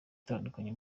itandukanye